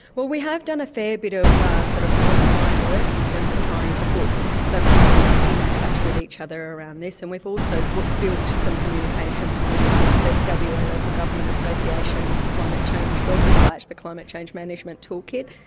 well we have done a fair bit of sort of online work in terms of trying to put local governments in touch with each other around this, and we've also built some communication portals like that w. a. local government association's climate change website, the climate change management toolkit,